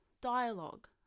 Dialogue